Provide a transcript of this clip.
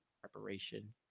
preparation